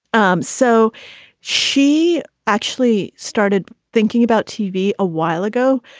um so she actually started thinking about tv a while ago.